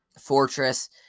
fortress